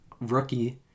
rookie